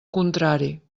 contrari